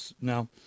Now